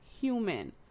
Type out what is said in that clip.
human